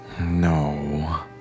No